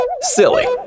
Silly